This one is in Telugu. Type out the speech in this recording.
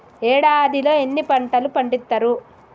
ఏడాదిలో ఎన్ని పంటలు పండిత్తరు?